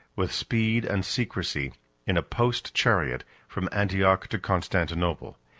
with speed and secrecy in a post-chariot, from antioch to constantinople.